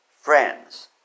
Friends